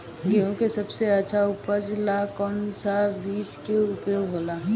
गेहूँ के सबसे अच्छा उपज ला कौन सा बिज के उपयोग होला?